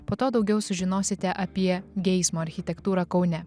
po to daugiau sužinosite apie geismo architektūrą kaune